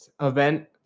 event